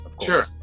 Sure